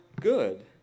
good